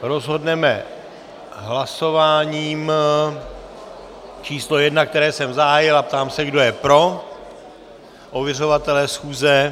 Rozhodneme hlasováním číslo 1, které jsem zahájil, a ptám se, kdo je pro ověřovatele schůze.